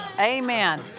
Amen